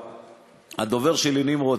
הדובר שלי נמרוד,